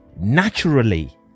naturally